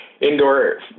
indoor